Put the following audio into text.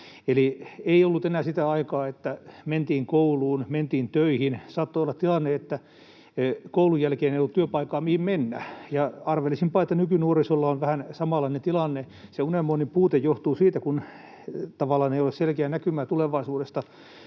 Eli ei ollut enää sitä aikaa, että mentiin kouluun, mentiin töihin. Saattoi olla tilanne, että koulun jälkeen ei ollut työpaikkaa, mihin mennä, ja arvelisinpa, että nykynuorisolla on vähän samanlainen tilanne. Se unelmoinnin puute johtuu siitä, että tavallaan ei ole selkeää näkymää tulevaisuudesta